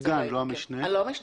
סגן, לא משנה.